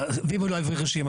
ואם הוא לא יביא רשימה?